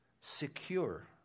secure